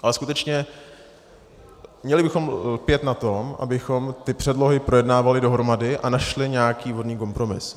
Ale skutečně měli bychom lpět na tom, abychom ty předlohy projednávali dohromady a našli nějaký vhodný kompromis.